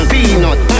Peanut